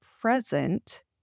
present